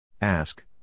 Ask